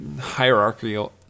hierarchical